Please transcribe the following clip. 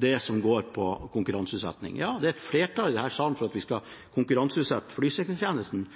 det som går på konkurranseutsetting. Det er et flertall her i salen for at vi